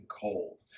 cold